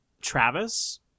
Travis